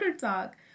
talk